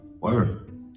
Word